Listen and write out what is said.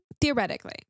theoretically